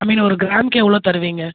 ஐ மீன் ஒரு கிராம்க்கு எவ்வளோ தருவீங்கள்